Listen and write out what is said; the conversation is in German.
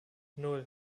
nan